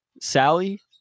Sally